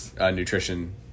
nutrition